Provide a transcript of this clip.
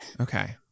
Okay